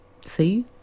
see